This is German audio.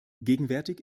gegenwärtig